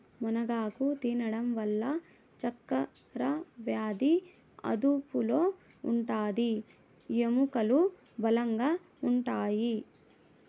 మునగాకు తినడం వల్ల చక్కరవ్యాది అదుపులో ఉంటాది, ఎముకలు బలంగా ఉంటాయి